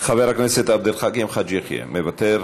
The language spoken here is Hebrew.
חבר הכנסת עבד אל חכים חאג' יחיא, מוותר.